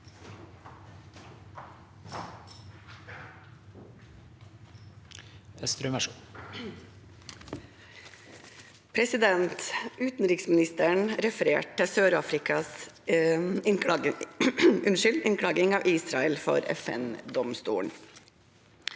Utenriksministeren refererte til Sør-Afrikas innklaging av Israel for FNdomstolen.